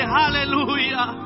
hallelujah